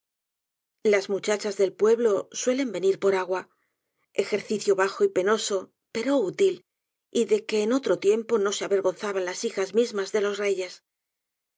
las muchachas del pueblo suelen venir por agua ejercicio bajo y penoso pero útil y de que en otro tiempo no se avergonzaban las hijas mismas denlos reyes